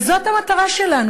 וזאת המטרה שלנו,